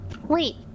Wait